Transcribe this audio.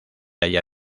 halla